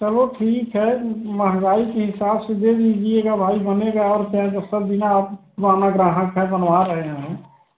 चलो ठीक है महँगाई के हिसाब से दे दीजिएगा भाई हमें और क्या है सर आप माना पुराना ग्राहक हैं बनवा रहे हैं